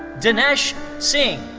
dinesh singh.